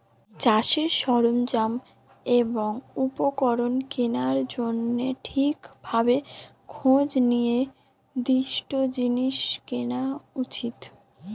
চাষের সরঞ্জাম এবং উপকরণ কেনার জন্যে ঠিক ভাবে খোঁজ নিয়ে দৃঢ় জিনিস কেনা উচিত